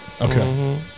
Okay